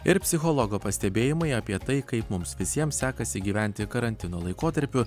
ir psichologo pastebėjimai apie tai kaip mums visiems sekasi gyventi karantino laikotarpiu